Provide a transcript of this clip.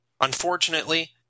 Unfortunately